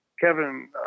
Kevin